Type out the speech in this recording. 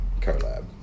collab